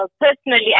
personally